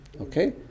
Okay